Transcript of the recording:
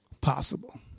possible